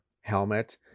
helmet